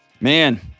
man